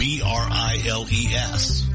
B-R-I-L-E-S